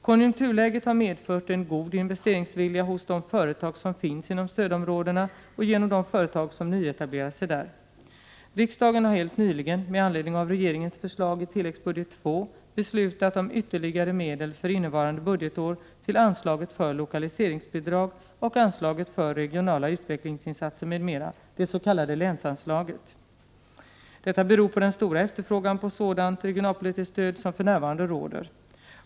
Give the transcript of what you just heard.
Konjunkturläget har medfört en god investeringsvilja hos de företag som finns inom stödområdena och genom de företag som nyetablerar sig där. Riksdagen har helt nyligen med anledning av regeringens förslag i tilläggsbudget II beslutat om ytterligare medel för innevarande budgetår till anslaget för Lokaliseringsbidrag och anslaget för Regionala utvecklingsinsatser m.m., det s.k. länsanslaget. Detta beror på den stora efterfrågan på sådant regionalpolitiskt stöd som för närvarande råder.